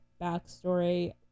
backstory